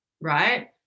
right